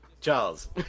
Charles